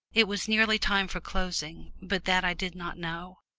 it was nearly time for closing, but that i did not know.